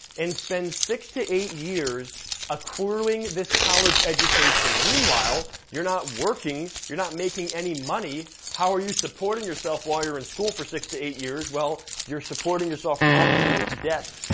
and spend six to eight years accruing this college education. meanwhile, you're not working, you're not making any money, how are you supporting yourself while you're in school for six to eight years? well, you're supporting yourself probably with debt.